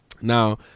Now